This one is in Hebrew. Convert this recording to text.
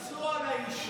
שלי, ילחצו על האישה.